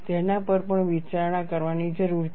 તેના પર પણ વિચારણા કરવાની જરૂર છે